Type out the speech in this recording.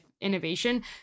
innovation